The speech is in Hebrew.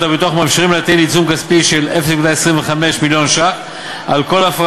הביטוח ומאפשרים להטיל עיצום כספי של רבע מיליון ש"ח על כל הפרה